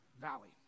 Valley